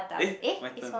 eh my turn